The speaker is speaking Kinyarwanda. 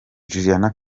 juliana